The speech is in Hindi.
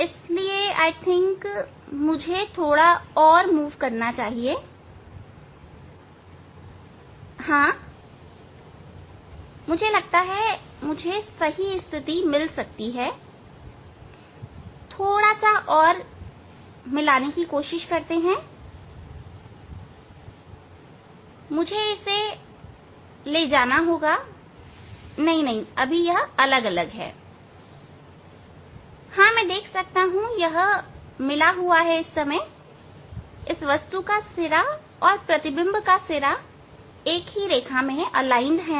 इसलिए मुझे लगता है मुझे थोड़ा हिलाना चाहिए हां मुझे लगता है मुझे यह स्थिति मिल सकती है हां थोड़ा और मिलाते हैं मुझे इसे ले जाना होगा नहीं यह अलग अलग है हाँ तो मैं देख सकता हूं यह इससे मिला हुआ है वस्तु का सिरा और प्रतिबिंब का सिरा एक ही रेखा में है